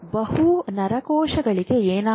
ಬಹು ನರಕೋಶಗಳಿಗೆ ಏನಾಗುತ್ತದೆ